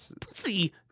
pussy